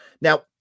now